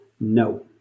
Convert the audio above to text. No